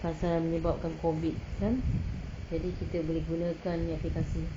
pasal melibatkan COVID kan jadi kita boleh gunakan aplikasi